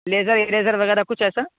laser eraser وغیرہ کچھ ایسا